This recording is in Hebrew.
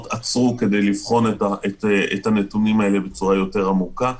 עצרו כדי לבחון את הנתונים האלה בצורה עמוקה יותר.